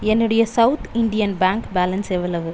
என்னுடைய South Indian bank balance எவ்வளவு